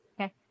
Okay